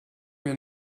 mir